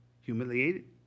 humiliated